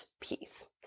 peace